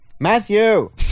Matthew